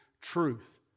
truth